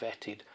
vetted